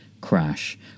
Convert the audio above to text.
Crash